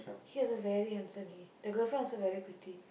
he also very handsome he the girlfriend also very pretty